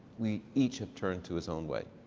we each have turned to his own way.